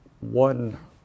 one